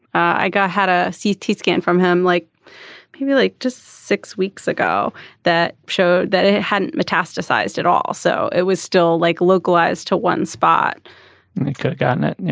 i got had a c t. scan from him like maybe like just six weeks ago that showed that it hadn't metastasized at all so it was still like localized to one spot and it could've gotten it. yeah